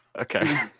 Okay